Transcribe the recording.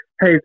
hey